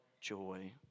joy